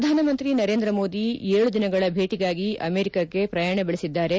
ಪ್ರಧಾನಮಂತ್ರಿ ನರೇಂದ್ರ ಮೋದಿ ಏಳು ದಿನಗಳ ಭೇಟಿಗಾಗಿ ಅಮೆರಿಕಗೆ ಪ್ರಯಾಣ ಬೆಳೆಸಿದ್ದಾರೆ